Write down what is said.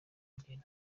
umugeni